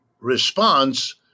Response